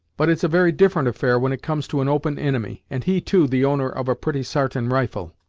but it's a very different affair when it comes to an open inimy, and he too the owner of a pretty sartain rifle.